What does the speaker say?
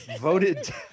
voted